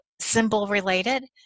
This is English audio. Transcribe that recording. symbol-related